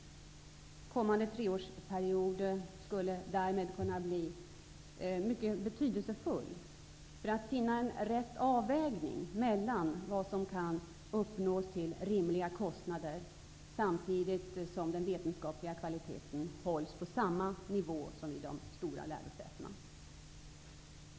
Kommande treårsperiod skulle därmed kunna bli mycket betydelsefull för att finna rätt avvägning mellan vad som kan uppnås till rimliga kostnader samtidigt som den vetenskapliga kvaliteten hålls på samma nivå som vid de stora lärosätena.